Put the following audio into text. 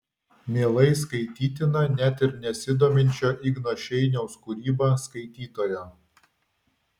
mielai skaitytina net ir nesidominčio igno šeiniaus kūryba skaitytojo